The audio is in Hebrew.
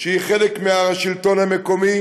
שהיא חלק מהשלטון המקומי,